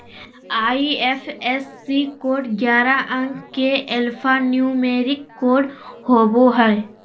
IFSC code ग्यारह अंक के एल्फान्यूमेरिक कोड होवो हय